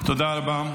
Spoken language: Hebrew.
תודה רבה.